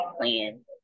plan